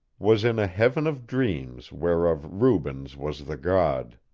was in a heaven of dreams whereof rubens was the god.